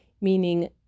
meaning